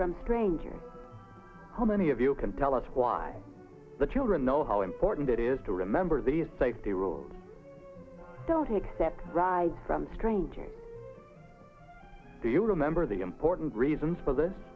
from strangers how many of you can tell us why the children know how important it is to remember these safety rules don't accept rides from strangers do you remember the important reasons for this